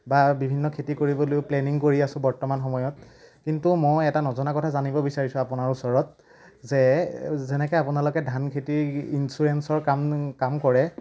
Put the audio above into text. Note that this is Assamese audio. বা বিভিন্ন খেতি কৰিবলৈ প্লেনিং কৰি আছোঁ বৰ্তমান সময়ত কিন্তু মই এটা নজনা কথা জানিব বিচাৰিছোঁ আপোনাৰ ওচৰত যে যেনেকৈ আপোনালোকে ধান খেতি ইঞ্চুৰেঞ্চৰ কাম কাম কৰে